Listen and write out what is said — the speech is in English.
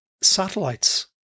satellites